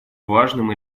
важным